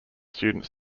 students